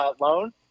loan